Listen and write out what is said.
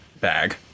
bag